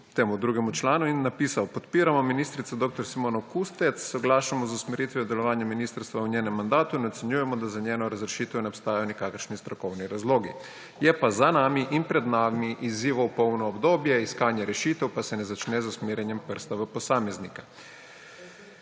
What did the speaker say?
temu drugemu članu in napisal: »Podpiramo ministrico dr. Simono Kustec, soglašamo z usmeritvijo delovanja ministrstva v njenem mandatu in ocenjujemo, da za njeno razrešitev ne obstajajo nikakršni strokovni razlogi. Je pa za nami in pred nami izzivov polno obdobje, iskanje rešitev pa se ne začne z usmerjanjem prsta v posameznika.«